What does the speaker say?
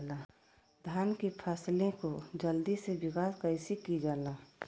धान की फसलें को जल्दी से विकास कैसी कि जाला?